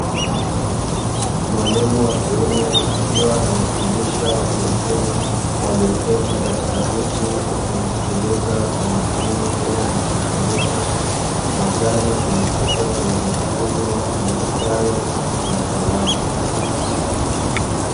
Mwalimu wa kiume akiwa anawafundisha watu wazima walioketi katika viti wakimsikiliza kwa makini kila anachofundisha. Mezani kuna chupa za maji ya kunywa, madaftari, na kalamu.